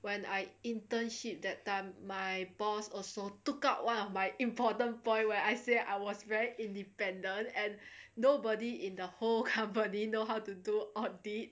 when I internship that time my boss also took up one of my important point when I say I was very independent and nobody in the whole company didn't know how to do audit